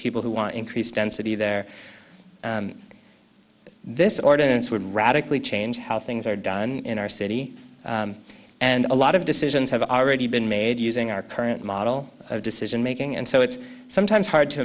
people who want increased density there this ordinance would radically change how things are done in our city and a lot of decisions have already been made using our current model of decision making and so it's sometimes hard to